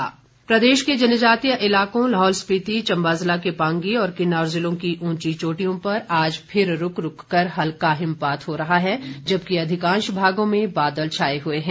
मौसम प्रदेश के जनजातीय इलाकों में लाहौल स्पिति चंबा जिला के पांगी और किन्नौर जिले की ऊँची चोटियों पर आज फिर रुक रुककर हल्का हिमपात हो रहा जबकि अधिकांश भागों में बादल छाए हुए हैं